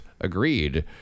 agreed